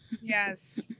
Yes